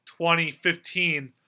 2015